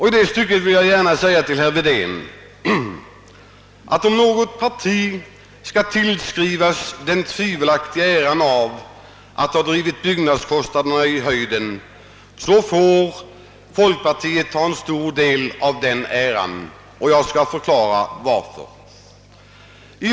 I det stycket vill jag gärna säga till herr Wedén att om något parti skall tillskrivas den tvivelaktiga äran av att ha drivit byggnadskostnaderna i höjden, får folkpartiet ta en stor del av denna ära. Jag skall förklara varför.